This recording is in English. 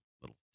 little